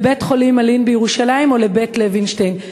לבית-חולים אלי"ן בירושלים או ל"בית לוינשטיין",